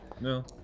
No